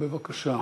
בבקשה.